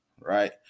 right